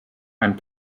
einen